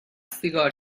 سیگار